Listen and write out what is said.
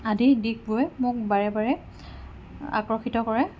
আদিৰ দিশবোৰে মোক বাৰে বাৰে আকৰ্ষিত কৰে